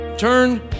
Turn